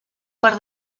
per